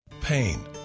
Pain